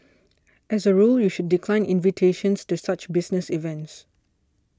as a rule you should decline invitations to such business events